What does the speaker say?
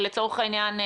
לצורך העניין,